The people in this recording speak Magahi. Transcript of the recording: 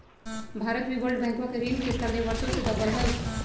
भारत भी वर्ल्ड बैंकवा के ऋण के तले वर्षों से दबल हई